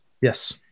yes